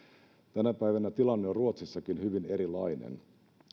tänä päivänä tilanne on ruotsissakin hyvin erilainen